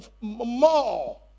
more